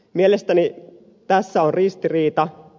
mielestäni tässä on ristiriita